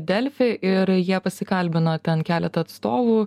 delfi ir jie pasikalbino ten keletą atstovų